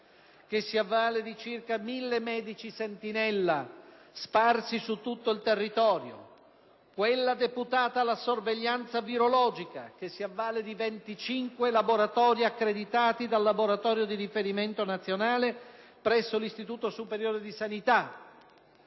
che si avvale di circa 1.000 medici sentinella sparsi su tutto il territorio; quella deputata alla sorveglianza virologica, che si avvale di 25 laboratori accreditati dal laboratorio di riferimento nazionale presso l'Istituto superiore di sanità;